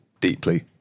deeply